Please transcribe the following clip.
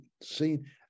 seen